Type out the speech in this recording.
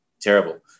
terrible